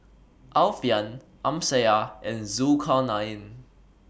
Alfian Amsyar and Zulkarnain